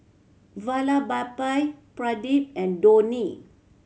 Vallabhbhai Pradip and Dhoni